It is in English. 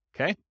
Okay